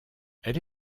elle